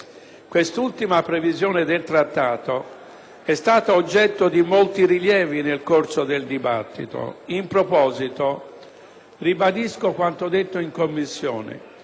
Questa ultima previsione del Trattato è stata oggetto di molti rilievi nel corso del dibattito. In proposito, ribadisco quanto detto in Commissione: